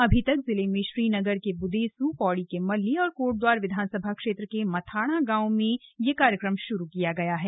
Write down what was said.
अभी तक जिले में श्रीनगर के ब्देसू पौड़ी के मल्ली और कोटद्वार विधानसभा क्षेत्र के मथाणा गांव में यह कार्यक्रम श्रू किया गया है